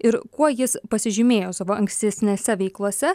ir kuo jis pasižymėjo savo ankstesnėse veiklose